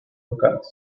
locales